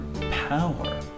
power